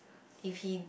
if he